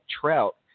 Trout